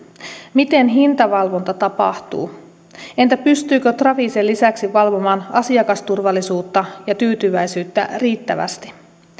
miten hintavalvonta tapahtuu entä pystyykö trafi sen lisäksi valvomaan asiakasturvallisuutta ja tyytyväisyyttä riittävästi